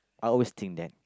I always think that